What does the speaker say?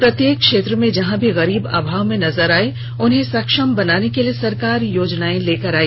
प्रत्येक क्षेत्र में जहां भी गरीब अभाव में नजर आए उन्हें सक्षम बनाने के लिए सरकार योजनाएं लेकर आई